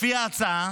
לפי ההצעה